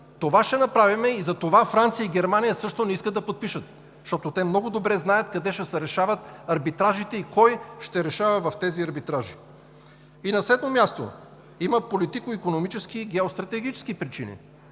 Това ще направим. Затова Франция и Германия не искат да подпишат, защото много добре знаят къде ще се решават арбитражите и кой ще решава в тези арбитражи. На седмо място, има политико-икономически и геостратегически причини.